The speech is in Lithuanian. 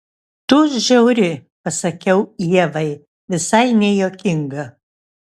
tu žiauri pasakiau ievai visai nejuokinga